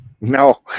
No